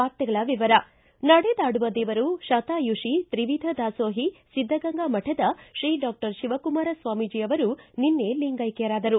ವಾರ್ತೆಗಳ ವಿವರ ನಡೆದಾಡುವ ದೇವರು ಶತಾಯುಷಿ ತ್ರಿವಿಧ ದಾಸೋಹಿ ಸಿದ್ದಗಂಗಾ ಮಠದ ಶ್ರೀ ಡಾಕ್ಷರ್ ಶಿವಕುಮಾರ ಸ್ವಾಮೀಜಿ ಅವರು ನಿನ್ನೆ ಲಿಂಗೈಕ್ವರಾದರು